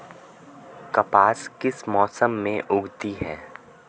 कपास किस मौसम में उगती है?